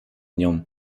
nią